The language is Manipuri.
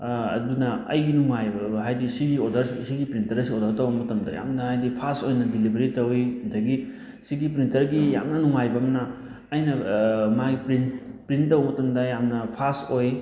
ꯑꯗꯨꯅ ꯑꯩꯒꯤ ꯅꯨꯡꯉꯥꯏꯕ ꯍꯥꯏꯗꯤ ꯁꯤꯒꯤ ꯑꯣꯔꯗꯔ ꯁꯤꯒꯤ ꯄ꯭ꯔꯤꯟꯇꯔꯁꯤ ꯑꯣꯔꯗꯔ ꯇꯧꯕ ꯃꯇꯝꯗ ꯌꯥꯝꯅ ꯍꯥꯏꯗꯤ ꯐꯥꯁ ꯑꯣꯏꯅ ꯗꯤꯂꯤꯚꯔꯤ ꯇꯧꯋꯤ ꯑꯗꯒꯤ ꯁꯤꯒꯤ ꯄ꯭ꯔꯤꯟꯇꯔꯒꯤ ꯌꯥꯝꯅ ꯅꯨꯡꯉꯥꯏꯕ ꯑꯃꯅ ꯑꯩꯅ ꯃꯥꯏ ꯄ꯭ꯔꯤꯟ ꯄ꯭ꯔꯤꯟ ꯇꯧꯕ ꯃꯇꯝꯗ ꯌꯥꯝꯅ ꯐꯥꯁ ꯑꯣꯏ